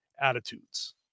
attitudes